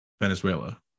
Venezuela